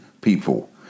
people